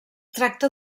tracta